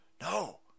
No